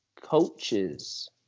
coaches